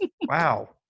Wow